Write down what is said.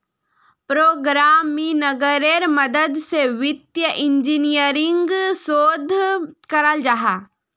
प्रोग्रम्मिन्गेर मदद से वित्तिय इंजीनियरिंग शोध कराल जाहा